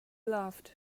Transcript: loved